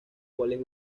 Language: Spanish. cuales